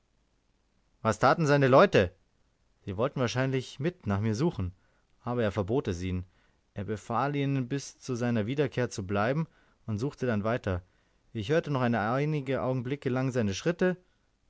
was taten seine leute sie wollten wahrscheinlich mit nach mir suchen aber er verbot es ihnen er befahl ihnen bis zu seiner wiederkehr zu bleiben und suchte dann weiter ich hörte noch einige augenblicke lang seine schritte